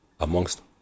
amongst